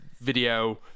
video